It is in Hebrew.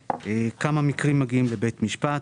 כמה מקרים מגיעים לבית משפט,